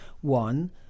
One